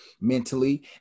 mentally